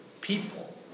people